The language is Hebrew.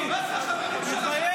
חברי הכנסת, כולל חברי הליכוד.